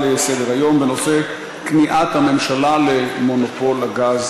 לסדר-היום בנושא: כניעת הממשלה למונופול הגז.